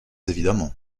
évidemment